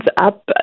up